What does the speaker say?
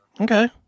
Okay